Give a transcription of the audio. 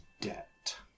debt